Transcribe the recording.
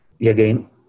again